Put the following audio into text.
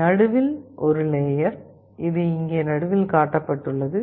நடுவில் ஒரு லேயர் இது இங்கே நடுவில் காட்டப்பட்டுள்ளது